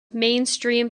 mainstream